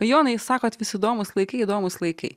jonai sakot vis įdomūs laikai įdomūs laikai